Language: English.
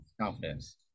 confidence